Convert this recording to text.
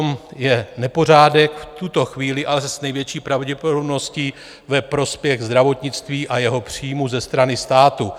V tomto je nepořádek v tuto chvíli, ale s největší pravděpodobností ve prospěch zdravotnictví a jeho příjmů ze strany státu.